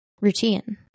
routine